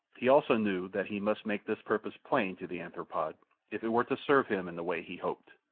he also knew that he must make this purpose plain to the anthropoid if it were to serve him in the way he hoped.